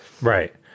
Right